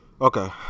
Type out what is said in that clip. Okay